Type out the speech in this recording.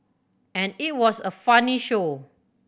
and it was a funny show